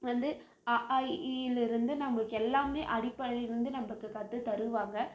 வந்து அ ஆ இ ஈயிலிருந்து நம்மளுக்கு எல்லாமே அடிப்படையிலிருந்து நம்மளுக்கு கற்று தருவாங்க